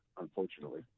unfortunately